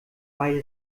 bei